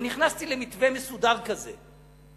ונכנסתי למתווה מסודר כזה.